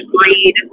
agreed